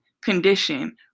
condition